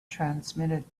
transmitted